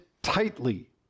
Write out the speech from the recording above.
Tightly